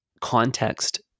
context